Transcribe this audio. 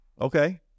Okay